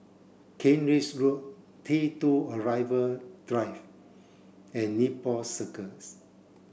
Kent Ridge Road T two Arrival Drive and Nepal Circus